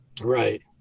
Right